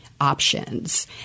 Options